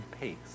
pace